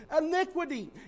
iniquity